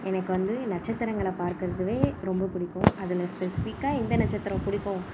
எனக்கு வந்து நட்சத்திரங்களை பார்க்குறது ரொம்ப பிடிக்கும் அதில் ஸ்பெசிஃபிக்காக எந்த நட்சத்திரம் பிடிக்கும்